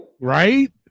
Right